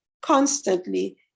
constantly